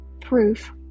proof